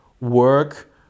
work